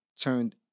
turned